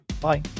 Bye